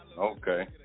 okay